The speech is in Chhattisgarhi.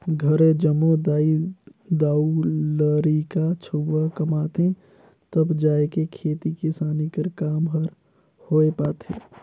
घरे जम्मो दाई दाऊ,, लरिका छउवा कमाथें तब जाएके खेती किसानी कर काम हर होए पाथे